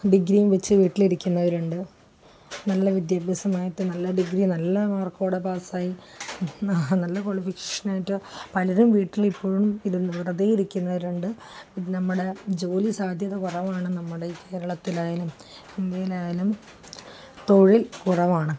ഡിഗ്രിയും വച്ചു വീട്ടിലിരിക്കുന്നവരുണ്ട് നല്ല വിദ്യാഭ്യാസമായിട്ടു നല്ല ഡിഗ്രി നല്ല മാർക്കോടെ പാസായി നല്ല ക്വാളിഫിക്കേഷനായിട്ടു പലരും വീട്ടിലിപ്പോഴും വെറുതെ ഇരിക്കുന്നവരുണ്ട് നമ്മുടെ ജോലി സാധ്യത കുറവാണ് നമ്മുടെ കേരളത്തിലായാലും ഇന്ത്യയിലായാലും തൊഴിൽ കുറവാണ്